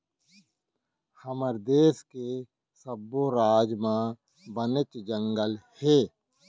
हमर देस के सब्बो राज म बनेच जंगल हे